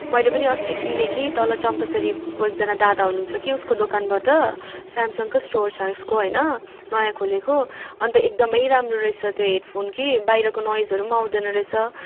मैले पनि अस्ति किने कि तल चम्पासरीको एकजना दादा हुनु हुन्छ कि उसको दोकानबाट सेमसङको स्टोर छ उसको होइन नयाँ खोलेको अन्त एकदम राम्रो रहेछ त्यो हेड फोन कि बाहिरको नोइजहरू आउँदैन रहेछ